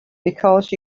because